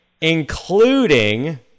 Including